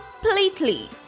completely